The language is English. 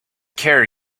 care